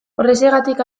horrexegatik